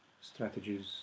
strategies